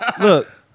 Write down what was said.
look